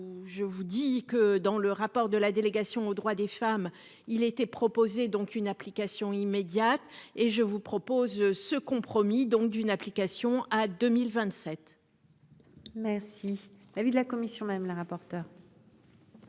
je vous dis que dans le rapport de la délégation aux droits des femmes. Il a été proposé donc une application immédiate et je vous propose ce compromis donc d'une application à 2027. Merci. L'avis de la commission, madame la rapporteure.